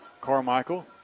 Carmichael